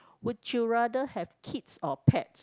would you rather have kids or pets